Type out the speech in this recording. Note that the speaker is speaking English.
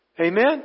Amen